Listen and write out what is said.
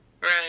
Right